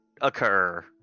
Occur